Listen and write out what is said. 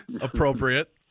Appropriate